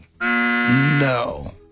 No